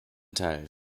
teil